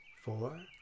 four